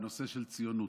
הנושא של ציונות,